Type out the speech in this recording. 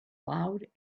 loud